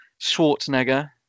Schwarzenegger